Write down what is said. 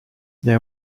they